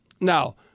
now